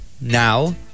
Now